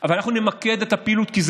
אבל אנחנו נמקד את הפעילות, כי זה